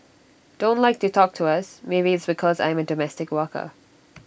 don't like to talk to us maybe it's because I am A domestic worker